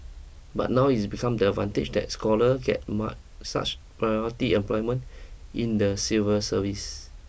but now it's become about the advantages that scholar get such as priority employment in the civil service